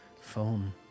phone